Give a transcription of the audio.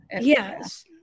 Yes